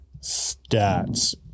stats